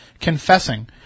confessing